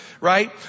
right